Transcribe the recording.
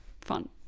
fun